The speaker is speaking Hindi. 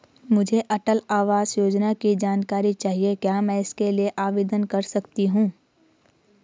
मुझे अटल आवास योजना की जानकारी चाहिए क्या मैं इसके लिए आवेदन कर सकती हूँ?